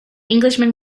englishman